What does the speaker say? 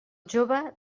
jove